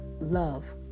love